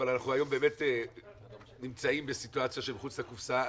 אבל אנחנו היום באמת נמצאים בסיטואציה של מחוץ לקופסה.